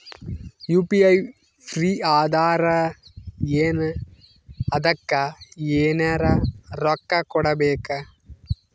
UPI free ಅದಾರಾ ಏನ ಅದಕ್ಕ ಎನೆರ ರೊಕ್ಕ ಕೊಡಬೇಕ?